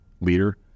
leader